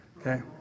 Okay